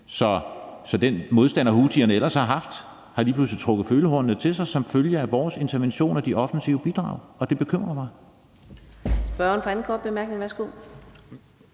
Så den modstander, houthierne ellers har haft, har lige pludselig trukket følehornene til sig som følge af vores intervention og de offensive bidrag – og det bekymrer mig.